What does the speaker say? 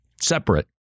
Separate